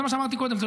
זה מה שאמרתי קודם.